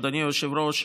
אדוני היושב-ראש,